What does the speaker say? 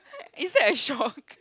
is that a shock